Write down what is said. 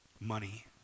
Money